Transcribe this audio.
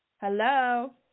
Hello